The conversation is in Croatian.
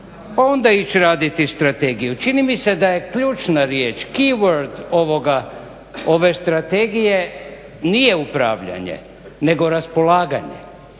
pa onda ići raditi strategiju? Čini mi se da je ključna riječ, key word ove strategije nije upravljanje nego raspolaganje.